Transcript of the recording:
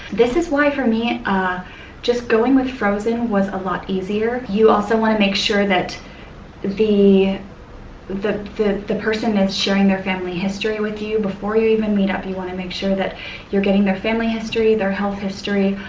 this is why for me ah just going with frozen was a lot easier. you also want to make sure that the the person is sharing their family history with you. before you even meet up, you want to make sure that you're getting their family history, their health history,